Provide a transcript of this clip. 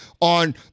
on